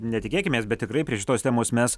ne tikėkimės bet tikrai prie šitos temos mes